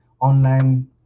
online